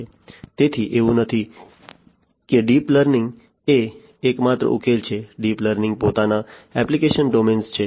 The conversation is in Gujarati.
તેથી એવું નથી કે ડીપ લર્નિંગ એ એકમાત્ર ઉકેલ છે ડીપ લર્નિંગના પોતાના એપ્લિકેશન ડોમેન્સ છે